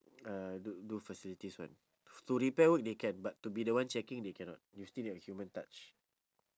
uh do do facilities one to repair work they can but to be the one checking they cannot you still need a human touch